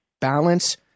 balance